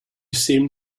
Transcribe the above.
seem